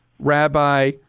rabbi